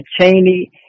Cheney